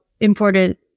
important